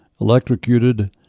electrocuted